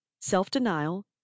self-denial